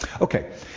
Okay